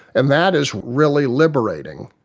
and that is really liberating.